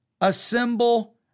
assemble